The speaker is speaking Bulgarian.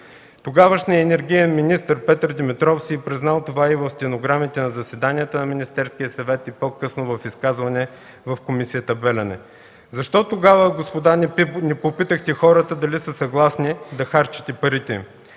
Тогавашният енергиен министър Петър Димитров си е признал това и в стенограмите на заседанията на Министерския съвет, и по-късно в изказване в Комисията „Белене”. Защо тогава, господа, не попитахте хората дали са съгласни да харчите парите им?